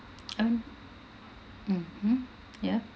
um mmhmm ya